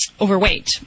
overweight